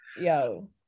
yo